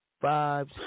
Five